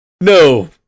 No